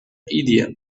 idea